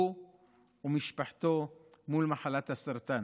הוא ומשפחתו מול מחלת הסרטן.